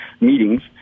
meetings